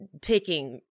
taking